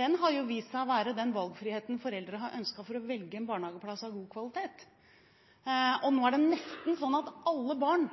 ønsket, har vist seg å være den valgfriheten foreldre har ønsket for å velge en barnehageplass av god kvalitet. Nå er det